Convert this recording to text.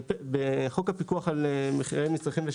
בשנת 2014 ועדת המחירים קבעה,